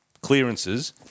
clearances